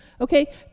Okay